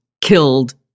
killed